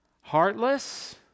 Heartless